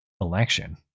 election